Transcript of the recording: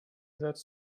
satz